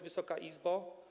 Wysoka Izbo!